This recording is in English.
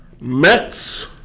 Mets